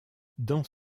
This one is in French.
dans